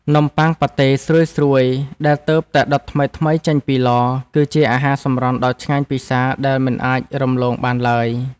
នំបុ័ងប៉ាតេស្រួយៗដែលទើបតែដុតថ្មីៗចេញពីឡ គឺជាអាហារសម្រន់ដ៏ឆ្ងាញ់ពិសាដែលមិនអាចរំលងបានឡើយ។